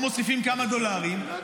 או מוסיפים כמה דולרים,